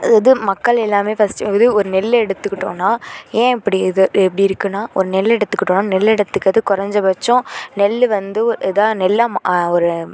இது மக்கள் எல்லாமே ஃபஸ்ட்டு இது ஒரு நெல் எடுத்துக்கிட்டோன்னால் ஏன் இப்படி அது இப்படி இருக்குன்னால் ஒரு நெல் எடுத்துக்கிட்டோன்னால் நெல் எடுத்துக்கிறதுக்கு குறைஞ்ச பட்சம் நெல் வந்து ஒ இதாக நெல்லை மா ஒரு